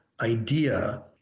idea